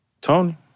Tony